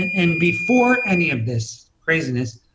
and before any of this craziness,